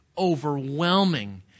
overwhelming